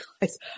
guys